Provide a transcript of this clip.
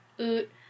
oot